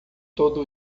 todo